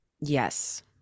Yes